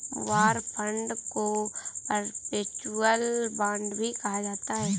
war bond को perpetual bond भी कहा जाता है